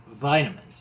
vitamins